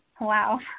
Wow